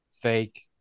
fake